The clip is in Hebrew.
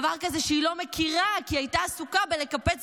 דבר כזה שהיא לא מכירה כי היא הייתה עסוקה בלקפץ